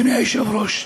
אדוני היושב-ראש,